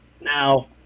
now